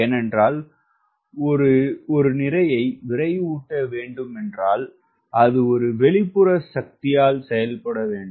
ஏனென்றால் ஒரு ஒரு நிறையை விரைவூட்ட வேண்டும் என்றால் அது ஒரு வெளிப்புற சக்தியால் செயல்பட வேண்டும்